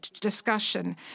discussion